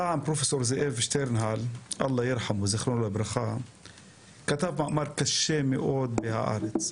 פעם פרופ' זאב שטרנהל ז"ל כתב מאמר קשה מאוד ב"הארץ",